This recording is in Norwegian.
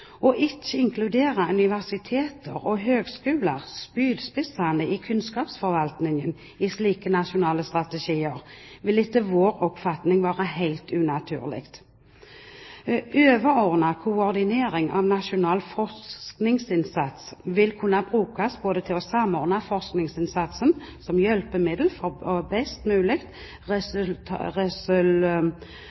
Å ikke inkludere universiteter og høyskoler – spydspissene i kunnskapsforvaltningen – i slike nasjonale strategier, vil etter vår oppfatning være helt unaturlig. Overordnet koordinering av nasjonal forskningsinnsats vil kunne brukes både til å samordne forskningsinnsatsen, som hjelpemiddel for best mulig